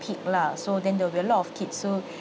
peak lah so then there will be a lot of kids so